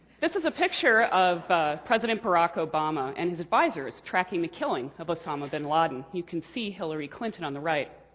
this is a picture of president barack obama and his advisors, tracking the killing of osama bin laden. you can see hillary clinton on the right.